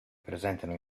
presentano